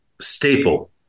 staple